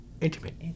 Intimate